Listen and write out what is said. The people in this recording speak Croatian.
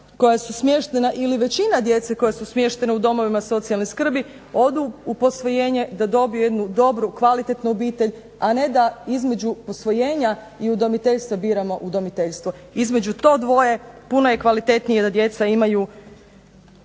koja su smještena ili većina djece koja su smještena u domovima socijalne skrbi odu u posvojenje, da dobiju jednu dobru, kvalitetnu obitelj, a ne da između posvojenja i udomiteljstva biramo udomiteljstvo. Između to dvoje puno je kvalitetnije da djeca imaju